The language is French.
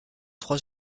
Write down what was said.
trois